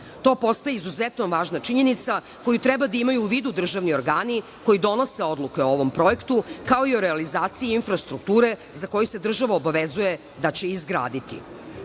To postaje izuzetno važna činjenica, koju treba da imaju u vidu državni organi koji donose odluke o ovom projektu, kao i o realizaciji infrastrukture za koju se država obavezuje da će izgraditi. Ponovo